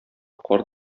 карт